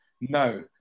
No